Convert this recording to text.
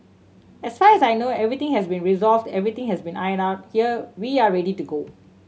as far as I know everything has been resolved everything has been ironed out here we are ready to go